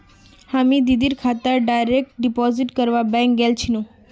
हामी दीदीर खातात डायरेक्ट डिपॉजिट करवा बैंक गेल छिनु